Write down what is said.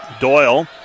Doyle